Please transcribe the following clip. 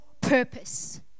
purpose